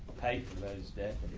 paid for those death.